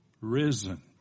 risen